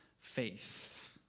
faith